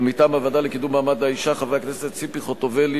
ומטעם הוועדה לקידום מעמד האשה חברות הכנסת ציפי חוטובלי,